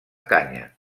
canya